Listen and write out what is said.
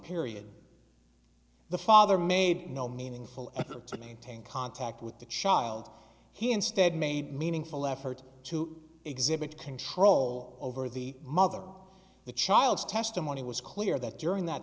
period the father made no meaningful effort to maintain contact with the child he instead made meaningful efforts to exhibit control over the mother the child's testimony was clear that during that